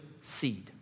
seed